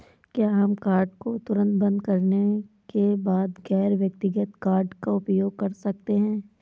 क्या हम कार्ड को तुरंत बंद करने के बाद गैर व्यक्तिगत कार्ड का उपयोग कर सकते हैं?